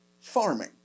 farming